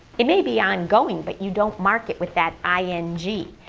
it may be ongoing but you don't mark it with that i n g.